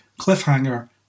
cliffhanger